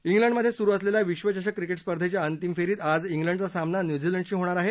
इंग्लंडमध्ये सुरू असलेल्या विश्वचषक क्रिकेट स्पर्धेच्या अंतिम फेरीत आज इंग्लंडचा सामना न्यूझीलंडशी होणार आहे